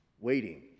waiting